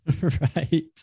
Right